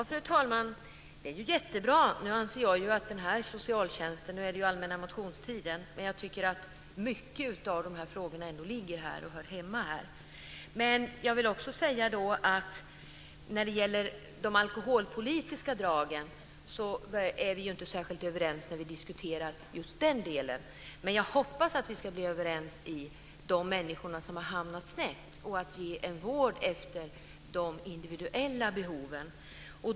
Fru talman! Det är ju jättebra! Nu handlar det ju om allmänna motionstiden, men jag tycker att mycket av de här frågorna ändå hör hemma i en debatt om socialtjänsten. Jag vill också säga att vi ju inte är särskilt överens när vi diskuterar just de alkoholpolitiska dragen, men jag hoppas att vi ska bli överens om de människor som har hamnat snett och om att man bör ge vård efter de individuella behoven.